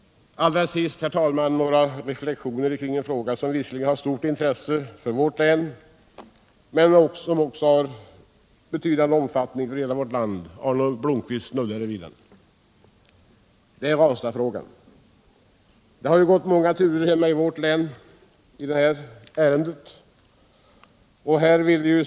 Allra sist, herr talman, några reflexioner kring en fråga som visserligen har särskilt stort intresse för vårt län men som också är betydande för hela vårt land. Arne Blomkvist snuddade vid den: det är Ranstadsfrågan. Det har gått många turer hemma i vårt län i det ärendet.